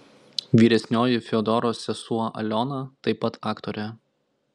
vyresnioji fiodoro sesuo aliona taip pat aktorė